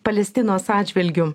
palestinos atžvilgiu